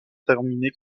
terminer